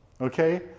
okay